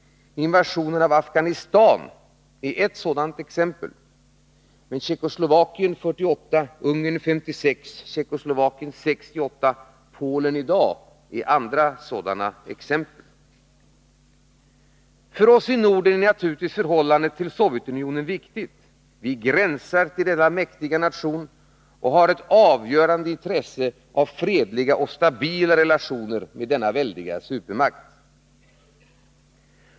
Invasionen av Afghanistan är ett sådant exempel — men Tjeckoslovakien 1948, Ungern 1956, Tjeckoslovakien 1968 och Polen i dag är andra. För oss i Norden är förhållandet till Sovjetunionen viktigt. Vi gränsar till denna mäktiga nation och har ett avgörande intresse av fredliga och stabila relationer med denna väldiga supermakt.